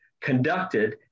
conducted